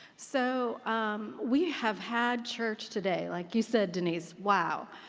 so we have had church today, like you said, denise. wow.